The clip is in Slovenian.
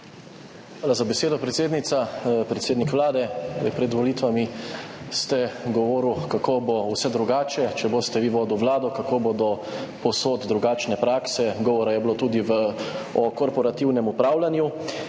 Hvala za besedo, predsednica. Predsednik Vlade, pred volitvami ste govorili, kako bo vse drugače, če boste vi vodili vlado, kako bodo povsod drugačne prakse. Govora je bilo tudi o korporativnem upravljanju